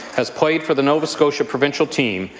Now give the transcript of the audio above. has played for the nova scotia provincial team,